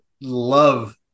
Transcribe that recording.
love